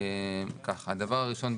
הדבר הראשון,